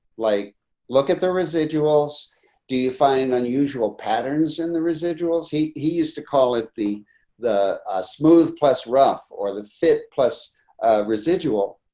like look at the residuals do you find unusual patterns? in and the residuals, he he used to call it the the smooth plus rough or the fit plus residual.